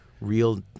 real